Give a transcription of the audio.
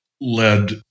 led